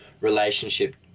relationship